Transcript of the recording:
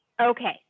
Okay